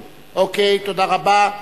אוקיי, תודה רבה.